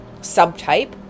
subtype